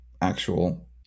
actual